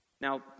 Now